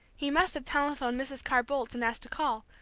he must have telephoned mrs. carr-boldt and asked to call,